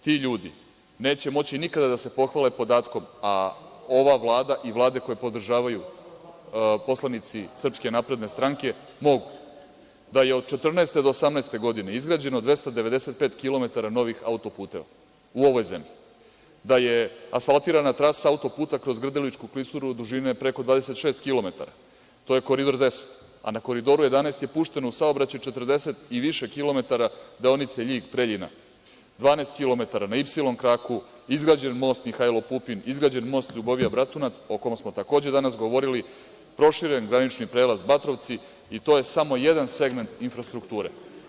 Ti ljudi neće moći nikada da se pohvale podatkom, a ova Vlada i vlade koje podržavaju poslanici Srpske napredne stranke mogu, da je od 2014. do 2018. godine izgrađeno 295 kilometara novih auto-puteva u ovoj zemlji, da je asfaltirana trasa auto-puta kroz Grdeličku klisuru dužine preko 26 kilometara, to je Koridor 10, a na Koridoru 11 je pušteno u saobraćaj 40 i više kilometara deonice Ljig-Preljina, 12 km na ipsilon kraku, izgrađen most "Mihajlo Pupin", izgrađen most Ljubovija-Bratunac, o kom smo takođe danas govorili, proširen granični prelaz Batrovci i to je samo jedan segment infrastrukture.